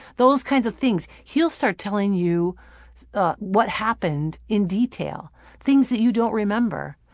those kinds of things. he'll start telling you what happened in detail things that you don't remember.